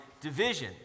division